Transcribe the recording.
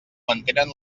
mantenen